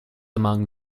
among